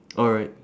alright